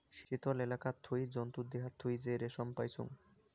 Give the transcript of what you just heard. শীতল এলাকাত থুই জন্তুর দেহাত থুই যে রেশম পাইচুঙ